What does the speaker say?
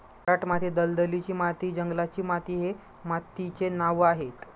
खारट माती, दलदलीची माती, जंगलाची माती हे मातीचे नावं आहेत